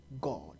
God